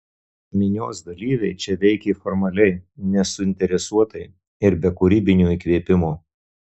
minios dalyviai čia veikė formaliai nesuinteresuotai ir be kūrybinio įkvėpimo